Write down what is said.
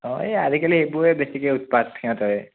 অ এই আজিকালি এইবোৰে বেছিকৈ উৎপাত সিহঁতৰে